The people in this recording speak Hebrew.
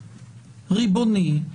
ריבוני,